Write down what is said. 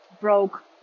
broke